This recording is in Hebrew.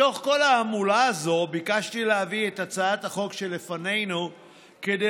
בתוך כל ההמולה הזאת ביקשתי להביא את הצעת החוק שלפנינו כדי